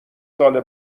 سال